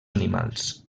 animals